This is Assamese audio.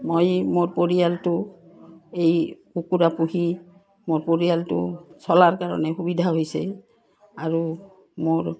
মই মোৰ পৰিয়ালটো এই কুকুৰা পুহি মোৰ পৰিয়ালটো চলাৰ কাৰণে সুবিধা হৈছে আৰু মোৰ